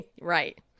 Right